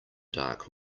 dark